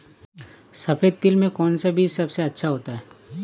सफेद तिल में कौन सा बीज सबसे अच्छा होता है?